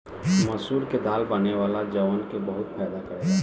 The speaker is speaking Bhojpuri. मसूर के दाल बनेला जवन की बहुते फायदा करेला